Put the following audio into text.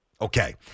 Okay